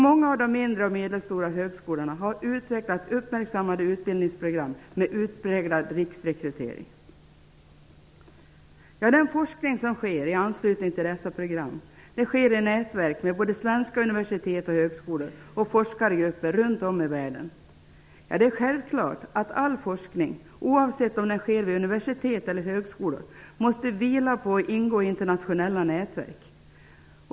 Många av de mindre och medelstora högskolorna har utvecklat uppmärksammade utbildningsprogram med utpräglad riksrekrytering. Den forskning som sker i anslutning till dessa program sker i nätverk med både svenska universitet och högskolor och forskargrupper runt om i världen. Det är självklart att all forskning, oavsett om den sker vid universitet eller högskolor måste vila på och ingå i internationella nätverk.